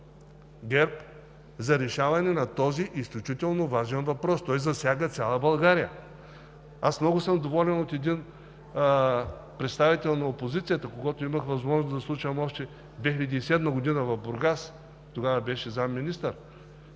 за решаване на този изключително важен въпрос. Той засяга цяла България! Аз съм много доволен от един представител на опозицията, когото имах възможност да слушам още 2007 г. в Бургас – тогава беше заместник-министър,